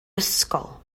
ysgol